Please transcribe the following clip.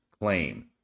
claim